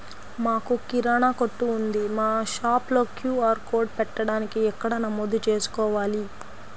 మాకు కిరాణా కొట్టు ఉంది మా షాప్లో క్యూ.ఆర్ కోడ్ పెట్టడానికి ఎక్కడ నమోదు చేసుకోవాలీ?